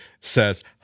says